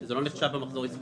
זה לא נחשב במחזור עסקאות.